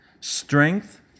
Strength